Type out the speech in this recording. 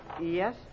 Yes